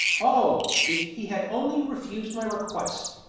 oh, if he had only refused my request!